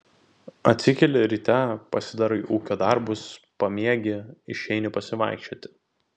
atsikeli ryte pasidarai ūkio darbus pamiegi išeini pasivaikščioti